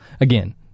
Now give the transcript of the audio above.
again